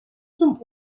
zum